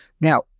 Now